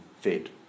fed